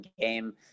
game